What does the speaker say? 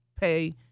pay